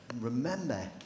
Remember